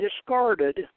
discarded